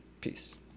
Peace